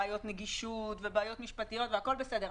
בעיות נגישות, ובעיות משפטיות, והכול בסדר.